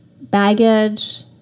baggage